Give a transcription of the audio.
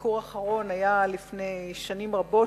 הביקור האחרון שם היה לפני שנים רבות,